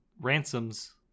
ransoms